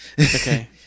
Okay